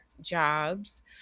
jobs